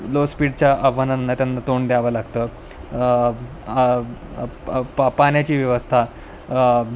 low स्पीडच्या आव्हनांना त्यांना तोंड द्यावं लागतं पा पाण्याची व्यवस्था